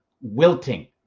wilting